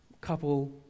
couple